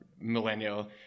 millennial